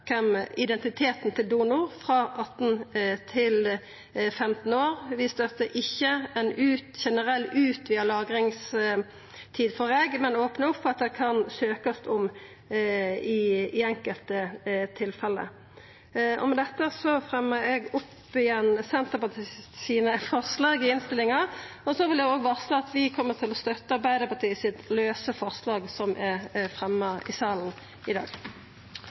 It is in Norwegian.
vita identiteten til donor, frå 18 til 15 år. Vi støttar ikkje ei generell utvida lagringstid for egg, men opnar opp for at det kan søkjast om i enkelte tilfelle. Med dette fremjar eg Senterpartiets forslag i innstillinga. Så vil eg òg varsla at vi kjem til å støtta forslag nr. 20, Arbeidarpartiets forslag som er fremja i salen i dag.